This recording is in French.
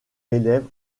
élèves